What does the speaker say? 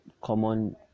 common